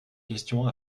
questions